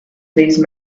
those